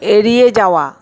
এড়িয়ে যাওয়া